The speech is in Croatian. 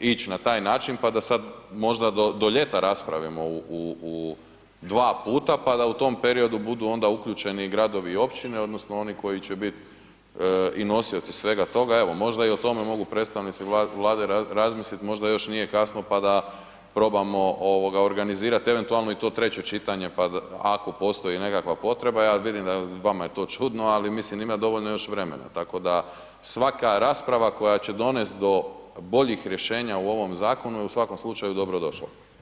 ić na taj način, pa da sad možda do, do ljeta raspravimo u, u, u 2 puta, pa da u tom periodu budu onda uključeni i gradovi i općine odnosno oni koji će bit i nosioci svega toga, evo možda i o tome mogu predstavnici Vlade razmislit, možda još nije kasno, pa da probamo ovoga organizirat eventualno i to treće čitanje, pa da, ako postoji nekakva potreba, ja vidim da vama je to čudno, ali mislim ima dovoljno još vremena, tako da svaka rasprava koja će donest do boljih rješenja u ovom zakonu je u svakom slučaju dobro došla.